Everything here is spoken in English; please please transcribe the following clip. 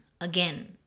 again